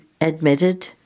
admitted